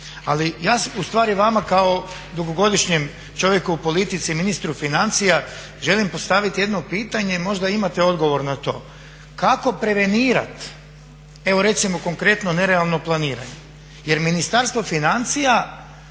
Ali ja u stvari vama kao dugogodišnjem čovjeku u politici i ministru financija želim postaviti jedno pitanje, i možda imat odgovor na to kako prevenirati, evo recimo konkretno nerealno planiranje? Jer Ministarstvo financija